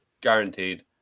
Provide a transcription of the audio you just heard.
Guaranteed